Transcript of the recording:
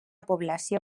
població